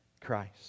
Christ